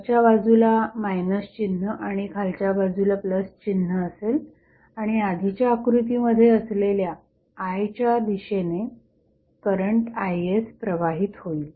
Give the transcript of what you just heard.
वरच्या बाजूला मायनस चिन्ह आणि खालच्या बाजूला प्लस चिन्ह असेल आणि आधीच्या आकृतीमध्ये असलेल्या I च्या दिशेने करंट Is प्रवाहित होईल